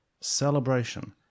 celebration